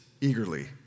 eagerly